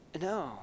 No